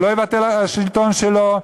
הוא לא יוותר על השלטון שלו.